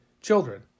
children